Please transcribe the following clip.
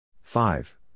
five